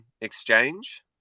exchange